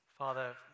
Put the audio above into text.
Father